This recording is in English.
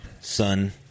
son